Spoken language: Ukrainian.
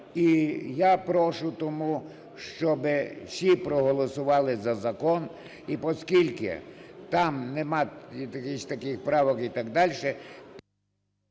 І я прошу, тому щоб всі проголосували за закон. І поскільки там немає якихось таких правок і так дальше…